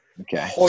Okay